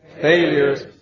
failures